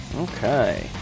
Okay